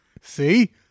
See